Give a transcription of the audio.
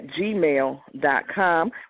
gmail.com